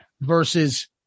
Versus